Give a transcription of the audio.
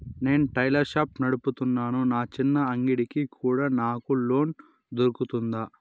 నేను tailor shop నడుపుతున్నాను, నా చిన్న అంగడి కి కూడా నాకు లోను దొరుకుతుందా?